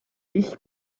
ich